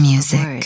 Music